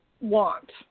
want